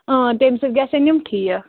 اۭں تمِہ سۭتۍ گَژھن یِم ٹھیٖک